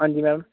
ਹਾਂਜੀ ਮੈਮ